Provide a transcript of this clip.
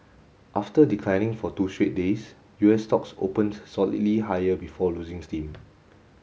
after declining for two straight days U S stocks opened solidly higher before losing steam